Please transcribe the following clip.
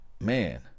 man